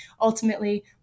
ultimately